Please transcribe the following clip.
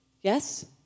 Yes